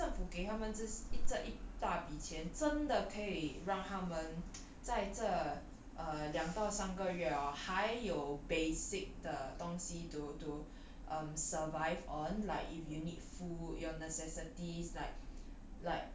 ah then 政府给他们这一这一大笔钱真的可以让他们在这 err 两到三个月 hor 还有 basic 的东西 due to um survive on like if you need food your necessities like